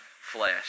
flesh